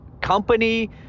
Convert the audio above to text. company